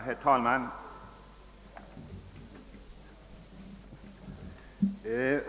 Herr talman!